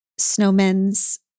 snowmen's